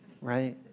right